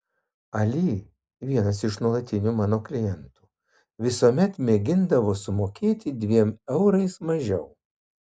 ali vienas iš nuolatinių mano klientų visuomet mėgindavo sumokėti dviem eurais mažiau